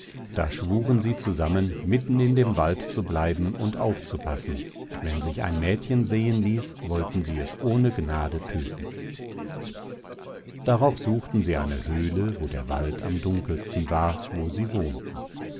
da schwuren sie zusammen mitten in dem wald zu bleiben und aufzupassen wenn sich ein mädchen sehen ließ wollten sie es ohne gnade tödten darauf suchten sie eine höhle wo der wald am dunkelsten war wo sie wohnten